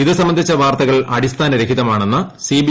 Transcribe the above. ഇത് സംബന്ധിച്ച വാർത്തകൾ അടിസ്ഥാനരഹിതമാണെന്ന് സിബി